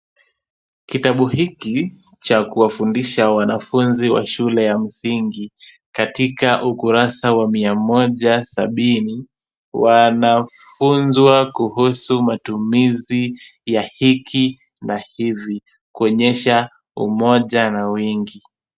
Kitabu hiki cha kuwafundisha wanafunzi wa shule ya msingi. Katika ukurasa wa mia moja sabini, wanafunzwa kuhusu matumizi ya hiki na hizi, kuonyesha umoja na wingi.